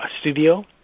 studio